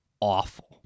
awful